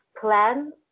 plan